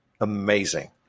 amazing